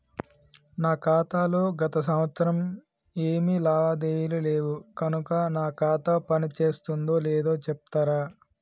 నా ఖాతా లో గత సంవత్సరం ఏమి లావాదేవీలు లేవు కనుక నా ఖాతా పని చేస్తుందో లేదో చెప్తరా?